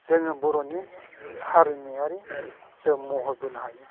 जोङो बर'नि हारिमुआरि जों महरबोनो हायो